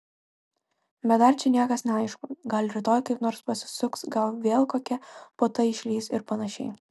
bet dar čia niekas neaišku gal rytoj kaip nors pasisuks gal vėl kokia puota išlįs ir panašiai